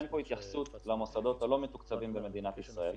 אין פה התייחסות למוסדות הלא מתוקצבים במדינת ישראל.